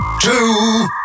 Two